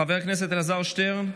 חבר הכנסת אלעזר שטרן,